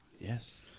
Yes